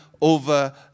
over